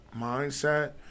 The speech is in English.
mindset